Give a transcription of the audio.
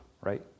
right